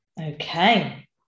Okay